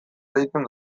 ereiten